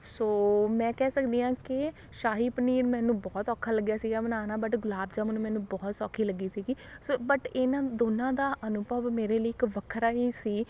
ਸੋ ਮੈਂ ਕਹਿ ਸਕਦੀ ਹਾਂ ਕਿ ਸ਼ਾਹੀ ਪਨੀਰ ਮੈਨੂੰ ਬਹੁਤ ਔਖਾ ਲੱਗਿਆ ਸੀਗਾ ਬਣਾਉਣਾ ਬਟ ਗੁਲਾਬ ਜਾਮੁਨ ਮੈਨੂੰ ਬਹੁਤ ਸੌਖੀ ਲੱਗੀ ਸੀਗੀ ਸੋ ਬਟ ਇਹਨਾਂ ਦੋਨਾਂ ਦਾ ਅਨੁਭਵ ਮੇਰੇ ਲਈ ਇੱਕ ਵੱਖਰਾ ਹੀ ਸੀ